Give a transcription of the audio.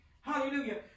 Hallelujah